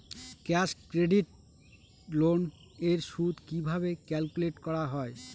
Cash credit loan এর সুদ কিভাবে ক্যালকুলেট করা হয়?